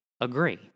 agree